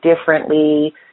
differently